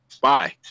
Bye